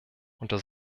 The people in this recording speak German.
unter